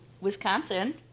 Wisconsin